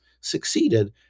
succeeded